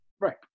Right